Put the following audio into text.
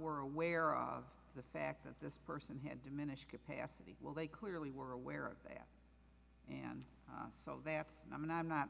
were aware of the fact that this person had diminished capacity well they clearly were aware of that and so that's i mean i'm not